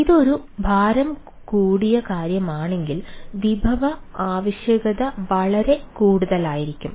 ഇതൊരു ഭാരം കൂടിയ കാര്യമാണെങ്കിൽ വിഭവ ആവശ്യകത വളരെ കൂടുതലായിരിക്കും